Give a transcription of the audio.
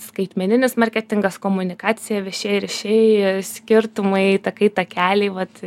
skaitmeninis marketingas komunikacija viešieji ryšiai skirtumai takai takeliai vat